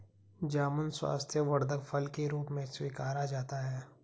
जामुन स्वास्थ्यवर्धक फल के रूप में स्वीकारा जाता है